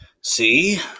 See